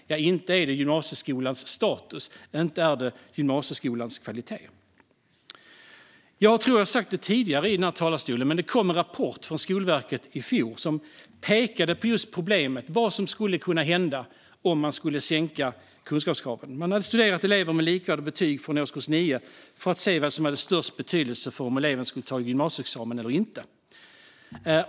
Inte är det gymnasieskolans status, och inte är det gymnasieskolans kvalitet! Jag tror att jag har sagt tidigare i den här talarstolen att det kom en rapport från Skolverket i fjor som just pekade på problemet och vad som skulle kunna hända om man sänkte kunskapskraven. Skolverket har studerat elever med likvärdiga betyg från årskurs 9 för att se vad som har störst betydelse för om eleven ska ta gymnasieexamen eller inte.